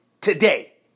today